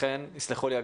יסלחו לי הגברים.